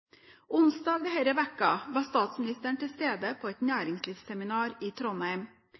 Onsdag denne uken var statsministeren til stede på et næringslivsseminar i Trondheim.